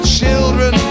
children